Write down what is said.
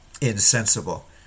insensible